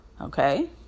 Okay